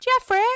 Jeffrey